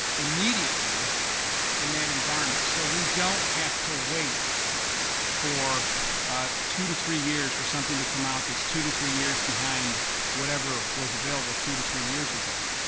immediately in that environment. so we don't have to wait for two to three years for something to come out that's two to three years behind whatever was available two to three years ago.